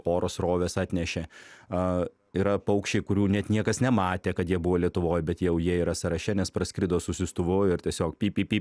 oro srovės atnešė a yra paukščiai kurių net niekas nematė kad jie buvo lietuvoj bet jau jie yra sąraše nes praskrido su siųstuvu ir tiesiog pip pip pip